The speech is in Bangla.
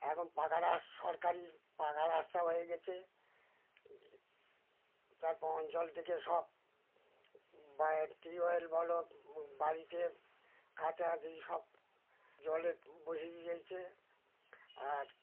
এখন পাকার সরকারি পাকা রাস্তা হয়ে গেছে তারপর জল থেকে সব বা টিউবওয়েল বলো বাড়িতে কাচাকাচি সব জলে বসিয়ে দিয়েছে আর